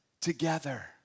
together